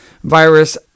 Virus